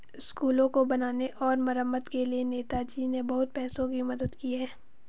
स्कूलों को बनाने और मरम्मत के लिए नेताजी ने बहुत पैसों की मदद की है